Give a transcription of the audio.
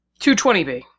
220B